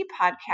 podcast